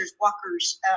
walkers